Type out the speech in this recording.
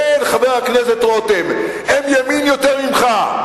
כן, חבר הכנסת רותם, הם ימין יותר ממך,